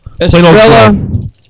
Estrella